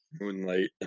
Moonlight